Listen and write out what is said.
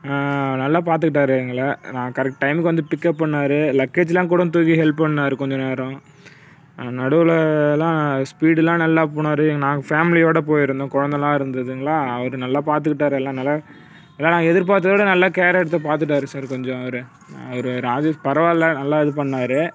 நல்லா பார்த்துகிட்டாரு எங்களை நான் கரெக்ட் டைமுக்கு வந்து பிக்அப் பண்ணுனாரு லக்கேஜ்லாம் கூட தூக்கி ஹெல்ப் பண்ணிணாரு கொஞ்ச நேரம் நடுவுல லா ஸ்பீடுலாம் நல்லா போனார் நாங்கள் ஃபேமிலியோட போயிருந்தோம் குழந்தலா இருந்ததுங்களா அது நல்லா பார்த்துக்கிட்டாரு அதனால அது நாங்கள் எதிர்பார்த்தது விட நல்லா கேர் எடுத்து பார்த்துட்டாரு சார் கொஞ்சம் அவர் அவர் ராஜேஷ் பரவாயில்லை நல்லா இது பண்ணிணாரு